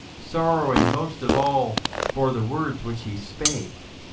sorrowing most of all for the words which he spake,